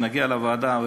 כשנגיע לוועדה,